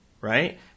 right